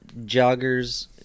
Joggers